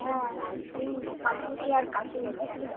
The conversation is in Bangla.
হ্যাঁ ওই ঝাল মুড়ি আর কাঠি রোল আচ্ছা